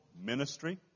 ministry